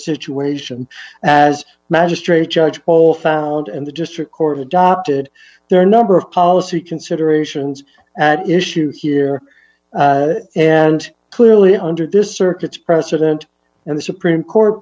situation as magistrate judge poll found and the district court adopted their number of policy considerations at issue here and clearly under this circuit's president and the supreme court